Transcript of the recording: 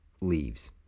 leaves